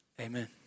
amen